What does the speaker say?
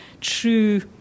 true